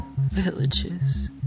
villages